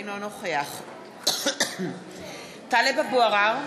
אינו נוכח טלב אבו עראר,